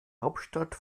hauptstadt